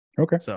Okay